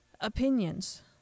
opinions